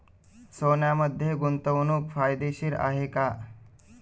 सोन्यामध्ये गुंतवणूक फायदेशीर आहे का?